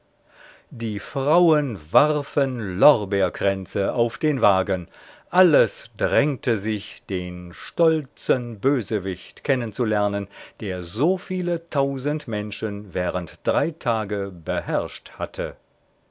die frauen warfen lorbeerkränze auf den wagen alles drängte sich den stolzen bösewicht kennen zu lernen der so viele tausend menschen während drei tage beherrscht hatte